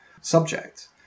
subject